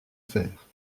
faire